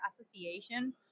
Association